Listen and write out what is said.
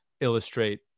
illustrate